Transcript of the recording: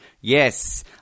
Yes